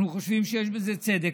אנחנו חושבים שיש בזה צדק.